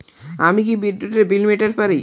আমি কি বিদ্যুতের বিল মেটাতে পারি?